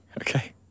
okay